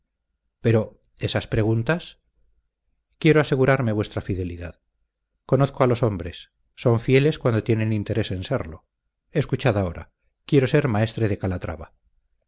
pero esas preguntas quiero asegurarme vuestra fidelidad conozco a los hombres son fieles cuando tienen interés en serlo escuchad ahora quiero ser maestre de calatrava